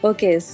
Okay